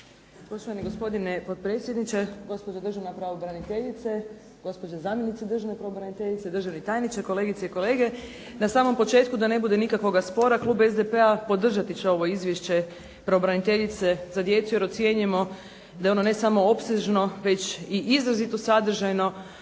Poštovani gospodine potpredsjedniče, gospođo državna pravobraniteljice, gospođo zamjenice državne pravobraniteljice, državni tajniče, kolegice i kolege. Na samom početku da ne bude nikakvoga spora klub SDP-a podržati će ovo izvješće pravobraniteljice za djecu jer ocjenjujemo da je ono ne samo opsežno već i izrazito sadržajno